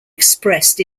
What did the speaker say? expressed